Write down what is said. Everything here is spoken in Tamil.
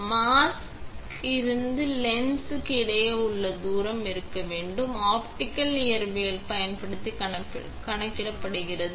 எனவே மாஸ்க் இருந்து லென்ஸுக்கு இரண்டு இடையே உள்ள தூரம் இருக்க வேண்டும் ஆப்டிகல் இயற்பியல் பயன்படுத்தி கணக்கிடப்படுகிறது